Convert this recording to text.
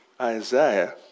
Isaiah